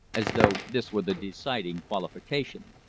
as though this were the deciding qualification.